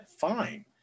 fine